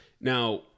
Now